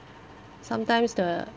sometimes the